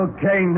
Okay